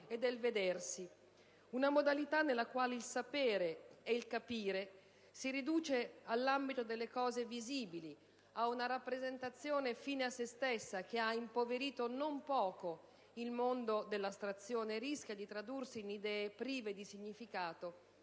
e del vedersi. Una modalità nella quale il sapere e il capire si riduce all'ambito delle cose visibili, a una rappresentazione fine a se stessa che ha impoverito non poco il mondo dell'astrazione e rischia di tradursi in idee prive di significato